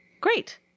great